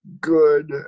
good